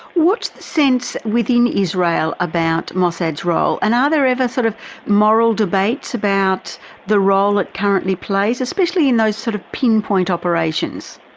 what's the sense within israel about mossad's role? and are there ever sort of moral debates about the role that can't be played, especially in those sort of pinpoint operations?